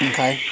Okay